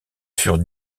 furent